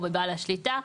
או בבעל השליטה.